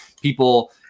People